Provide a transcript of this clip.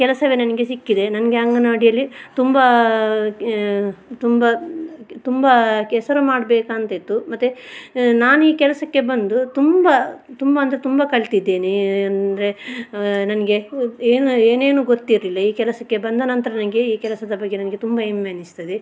ಕೆಲಸವೇ ನನಗೆ ಸಿಕ್ಕಿದೆ ನನಗೆ ಅಂಗನವಾಡಿಯಲ್ಲಿ ತುಂಬ ತುಂಬ ತುಂಬ ಹೆಸರು ಮಾಡಬೇಕಂತಿತ್ತು ಮತ್ತು ನಾನೀ ಕೆಲಸಕ್ಕೆ ಬಂದು ತುಂಬ ತುಂಬ ಅಂದರೆ ತುಂಬ ಕಲಿತಿದ್ದೇನೆ ಅಂದರೆ ನನಗೆ ಏನೇನೂ ಗೊತ್ತಿರಲಿಲ್ಲ ಈ ಕೆಲಸಕ್ಕೆ ಬಂದ ನಂತರ ನನಗೆ ಈ ಕೆಲಸದ ಬಗ್ಗೆ ನನಗೆ ತುಂಬ ಹೆಮ್ಮೆ ಅನ್ನಿಸ್ತದೆ